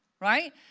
right